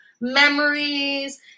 memories